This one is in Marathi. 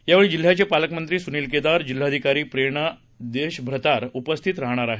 यावेळी जिल्हयाचे पालकमंत्री सुनिल केदार जिल्हाधिकारी प्रेरणा देशभ्रतार उपस्थिती राहणार आहेत